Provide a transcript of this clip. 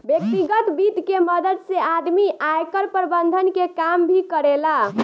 व्यतिगत वित्त के मदद से आदमी आयकर प्रबंधन के काम भी करेला